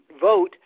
vote